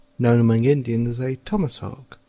known among indians as a thomashawk.